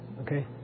Okay